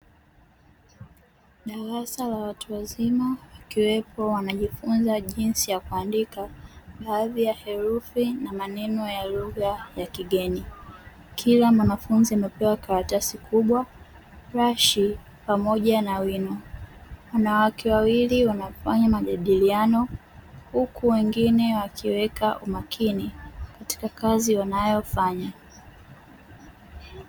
Darasa la watu wazima wakiwepo wanajifunza jinsi ya kuandika baadhi ya herufi na maneno ya lugha ya kigeni. Kila mwanafunzi amepewa karatasi kubwa, brashi pamoja na wino. Wanawake wawili wanafanya majadiliano, huku wengine wakiweka umakini katika kazi wanayofanya.